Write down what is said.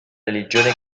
religione